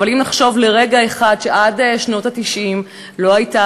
אבל אם נזכור לרגע אחד שעד שנות ה-90 לא הייתה